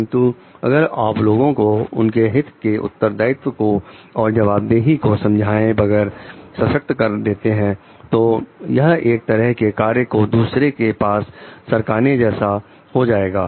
परंतु अगर आप लोगों को उनके हिस्से के उत्तरदायित्व को और जवाबदेही को समझाएं बगैर सशक्त कर देते हैं तो यह एक तरह से कार्य को दूसरे के पास सरकाने जैसा हो जाएगा